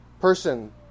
person